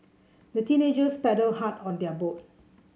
the teenagers paddled hard on their boat